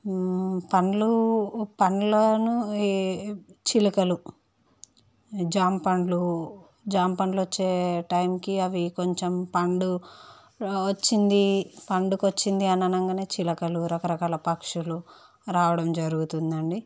పళ్ళు పళ్ళను ఈ చిలుకలు జామపళ్ళు జామపళ్ళు వచ్చే టైమ్కి అవి కొంచెం పండు వచ్చింది పండుకు వచ్చింది అని అనగానే అవి చిలకలు రకరకాల పక్షులు రావడం జరుగుతుంది అండి